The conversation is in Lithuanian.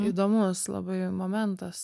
įdomus labai momentas